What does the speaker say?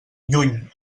lluny